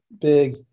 big